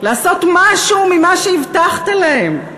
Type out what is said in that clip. לעשות משהו ממה שהבטחת להם,